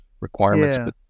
requirements